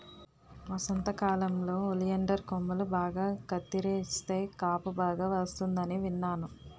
వసంతకాలంలో ఒలియండర్ కొమ్మలు బాగా కత్తిరిస్తే కాపు బాగా వస్తుందని విన్నాను